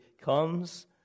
comes